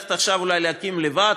ללכת עכשיו אולי להקים לבד,